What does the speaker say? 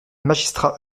magistrats